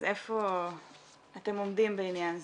אז איפה אתם עומדים בעניין זה?